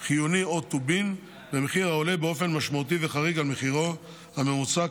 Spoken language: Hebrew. חיוני או טובין במחיר העולה באופן משמעותי וחריג על מחירו הממוצע,